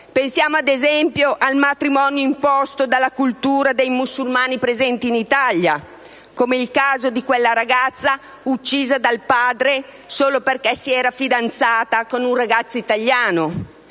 Pensiamo, ad esempio, al matrimonio imposto dalla cultura dei musulmani presenti in Italia, come il caso di quella ragazza uccisa dal padre solo perché si era fidanzata con un ragazzo italiano.